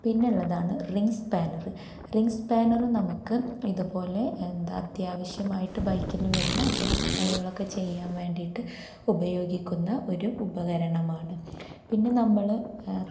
പിന്നെ ഉള്ളതാണ് ring spanner ring സ്പാനറും നമുക്ക് ഇതുപോലെ എന്താ അത്യാവശ്യമായിട്ട് ബൈക്കിൽ വരുന്ന അറ്റ കുറ്റപ്പണികളൊക്കെ ചെയ്യാൻ വേണ്ടിയിട്ട് ഉപയോഗിക്കുന്ന ഒരു ഉപകരണമാണ് പിന്നെ നമ്മൾ